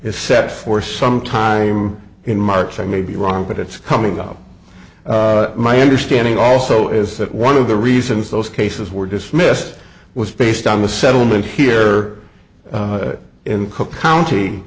is set for some time in march i may be wrong but it's coming up my understanding also is that one of the reasons those cases were dismissed was based on the settlement here in co